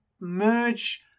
merge